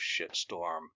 shitstorm